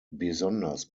besonders